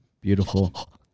beautiful